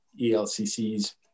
ELCCs